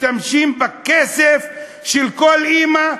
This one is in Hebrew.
משתמשים בכסף של כל אימא,